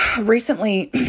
recently